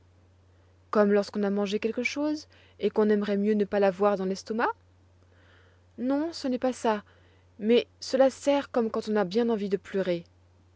comme lorsqu'on a mangé quelque chose et qu'on aimerait mieux ne pas l'avoir dans l'estomac non ce n'est pas ça mais cela serre comme quand on a bien envie de pleurer